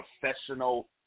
professional